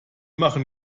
machen